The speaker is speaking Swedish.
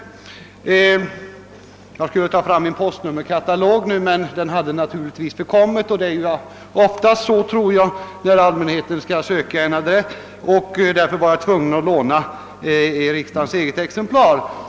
Jag skulle inför debatten ta fram min postnummerkatalog, men den hade naturligtvis förkommit — jag tror att sådant ofta händer när allmänheten skall söka en adress och att man av den anledningen ej anger postnummer — och därför var jag tvungen att låna riksdagens eget exemplar.